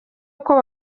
uko